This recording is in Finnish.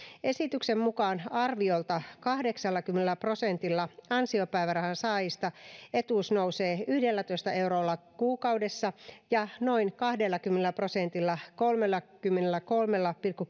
esityksen mukaan arviolta kahdeksallakymmenellä prosentilla ansiopäivärahan saajista etuus nousee yhdellätoista eurolla kuukaudessa ja noin kahdellakymmenellä prosentilla kolmellakymmenelläkolmella pilkku